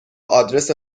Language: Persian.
آدرس